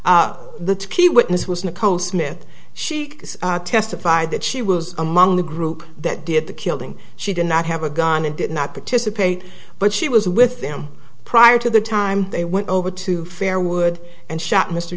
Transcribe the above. infer the to key witness was nicole smith chics testified that she was among the group that did the killing she did not have a gun and did not participate but she was with them prior to the time they went over to fair wood and shot mr